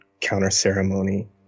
counter-ceremony